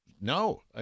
No